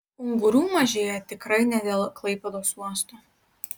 ungurių mažėja tikrai ne dėl klaipėdos uosto